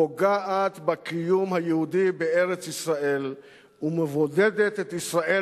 פוגעת בקיום היהודי בארץ-ישראל ומבודדת את ישראל